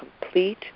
complete